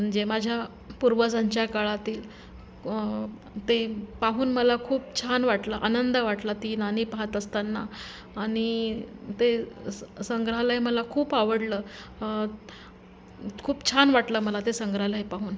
म्हणजे माझ्या पूर्वजांच्या काळातील ग् ते पाहून मला खूप छान वाटलं आनंद वाटला ती नाणी पाहत असताना आणि ते स् संग्रहालय मला खूप आवडलं खूप छान वाटलं मला ते संग्रहालय पाहून